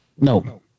no